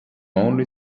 only